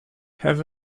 have